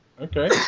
Okay